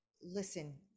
listen